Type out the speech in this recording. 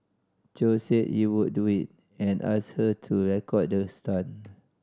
Chow said he would do it and asked her to record the stunt